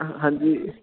ਅ ਹਾਂਜੀ